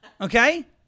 Okay